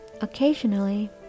Occasionally